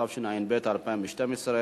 התשע"ב 2012,